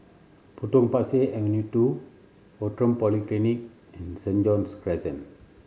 Potong Pasir Avenue Two Outram Polyclinic and Saint John's Crescent